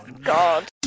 God